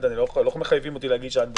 לא מחייבים אותי להגיש עד 1 בינואר.